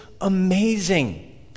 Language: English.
amazing